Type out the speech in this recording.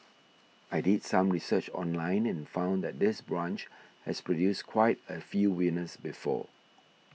I did some research online and found that this branch has produced quite a few winners before